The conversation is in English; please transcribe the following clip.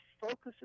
focuses